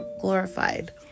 glorified